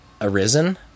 arisen